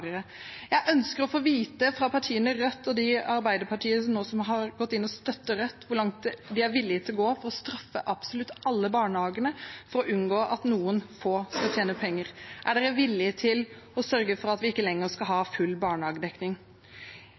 Jeg ønsker å få vite fra partiet Rødt og de i Arbeiderpartiet som nå har gått inn og støttet Rødt, hvor langt de er villige til å gå for å straffe absolutt alle barnehager for å unngå at noen få skal tjene penger. Er de villige til å sørge for at vi ikke lenger skal ha full barnehagedekning?